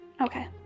Okay